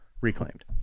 Reclaimed